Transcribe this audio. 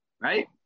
right